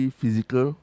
physical